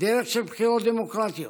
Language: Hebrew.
בדרך של בחירות דמוקרטיות,